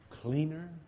cleaner